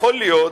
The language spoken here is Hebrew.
יכול להיות,